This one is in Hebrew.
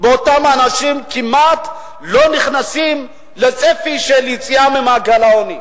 ואותם האנשים כמעט לא נכנסים לצפי של יציאה ממעגל העוני.